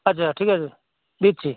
আচ্ছা ঠিক আছে দিচ্ছি